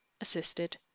assisted